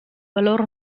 valor